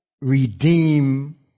redeem